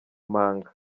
manga